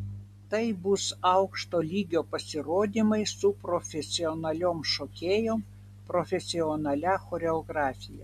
tai bus aukšto lygio pasirodymai su profesionaliom šokėjom profesionalia choreografija